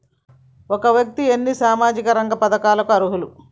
ఒక వ్యక్తి ఎన్ని సామాజిక రంగ పథకాలకు అర్హులు?